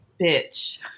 Bitch